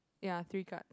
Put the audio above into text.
ya three cards